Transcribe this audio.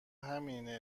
همینه